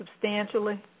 substantially